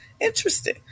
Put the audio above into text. Interesting